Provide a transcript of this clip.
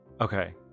Okay